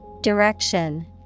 Direction